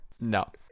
No